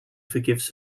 forgives